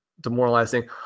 demoralizing